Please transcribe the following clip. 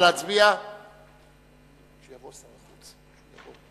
סעיפים 1 2 נתקבלו.